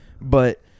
But-